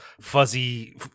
fuzzy